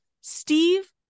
Steve